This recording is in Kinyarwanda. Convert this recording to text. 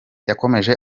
yakomeje